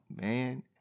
man